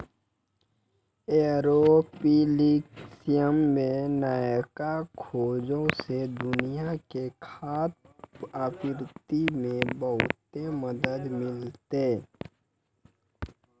aeroponics मे नयका खोजो से दुनिया के खाद्य आपूर्ति मे बहुते मदत मिलतै